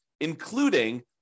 including